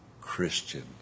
Christian